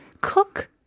cook